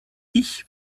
ich